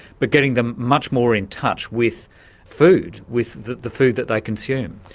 but getting them much more in touch with food, with the the food that they consume.